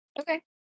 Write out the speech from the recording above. Okay